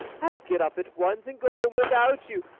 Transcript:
i'll get up at once, and go home without you.